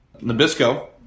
Nabisco